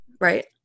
right